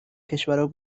کشورا